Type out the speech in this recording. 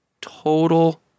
total